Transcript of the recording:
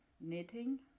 knitting